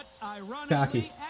cocky